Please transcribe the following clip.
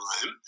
time